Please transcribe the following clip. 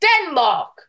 Denmark